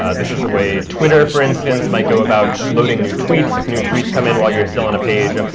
ah this is the way twitter, for instance, might go about loading new tweets. if new tweets come in while you're still on a page,